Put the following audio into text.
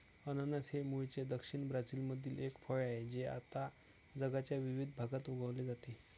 अननस हे मूळचे दक्षिण ब्राझीलमधील एक फळ आहे जे आता जगाच्या विविध भागात उगविले जाते